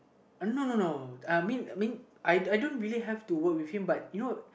uh no no no uh I mean I mean I don't I don't really have to work with him but you know